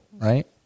Right